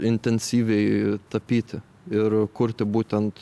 intensyviai tapyti ir kurti būtent